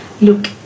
Look